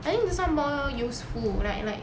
I think this [one] more useful like and like